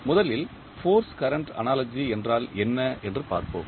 எனவே முதலில் force current analogy என்றால் என்ன என்று பார்ப்போம்